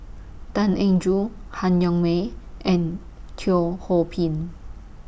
Tan Eng Joo Han Yong May and Teo Ho Pin